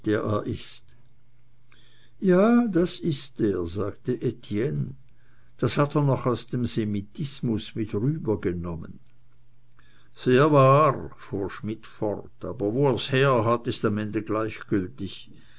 er ist ja das ist er sagte etienne das hat er noch aus dem semitismus mit rübergenommen sehr wahr fuhr schmidt fort aber wo er's herhat ist am ende gleichgültig